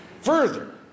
Further